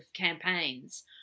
campaigns